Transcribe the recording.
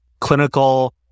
clinical